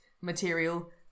material